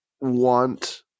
want